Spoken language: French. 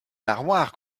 l’armoire